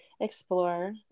explore